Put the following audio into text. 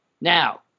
Now